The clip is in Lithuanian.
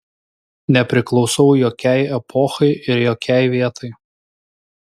nepriklausau jokiai epochai ir jokiai vietai